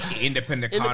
Independent